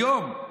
היום,